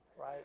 Right